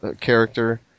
character